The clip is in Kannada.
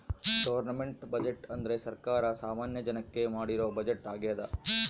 ಗವರ್ನಮೆಂಟ್ ಬಜೆಟ್ ಅಂದ್ರೆ ಸರ್ಕಾರ ಸಾಮಾನ್ಯ ಜನಕ್ಕೆ ಮಾಡಿರೋ ಬಜೆಟ್ ಆಗ್ಯದ